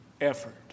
effort